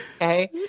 Okay